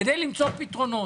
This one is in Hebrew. אנחנו מבקשים למצוא פתרונות,